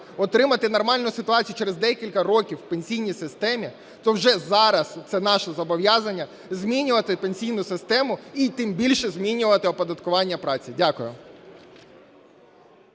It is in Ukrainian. отримати нормальну ситуацію через декілька років у пенсійній системі, то вже зараз, і це наше зобов'язання, змінювати пенсійну систему, і тим більше змінювати оподаткування праці. Дякую.